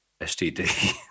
std